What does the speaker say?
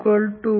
C